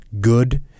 good